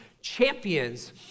Champions